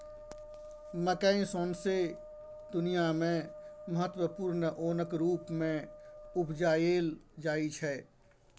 मकय सौंसे दुनियाँ मे महत्वपूर्ण ओनक रुप मे उपजाएल जाइ छै